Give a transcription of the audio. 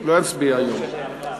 לא יצביעו היום.